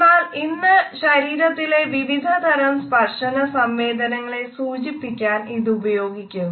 എന്നാൽ ഇന്ന് ഇത് ശരീരത്തിലെ വിവിധതരം സ്പർശനസംവേദനങ്ങളെ സൂചിപ്പിക്കാൻ ഉപയോഗിക്കുന്നു